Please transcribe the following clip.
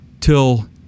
till